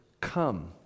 come